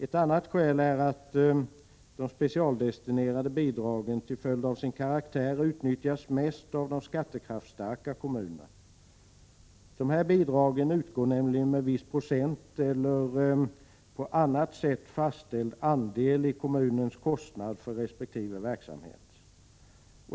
Ett annat skäl är att de specialdestinerade bidragen till följd av sin karaktär utnyttjas mest av de skattekraftsstarka kommunerna. Dessa bidrag utgår nämligen med viss procent eller med en på annat sätt fastställd andel i kommunens kostnad för resp. verksamhet.